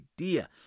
idea